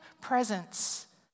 presence